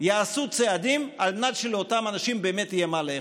יעשו צעדים על מנת שלאותם אנשים באמת יהיה מה לאכול.